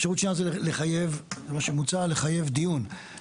אפשרות שנייה, כפי שמוצע, היא לחייב דיון.